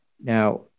Now